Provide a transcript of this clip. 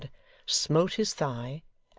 smote his thigh,